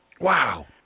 Wow